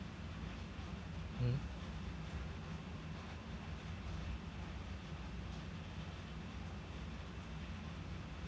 hmm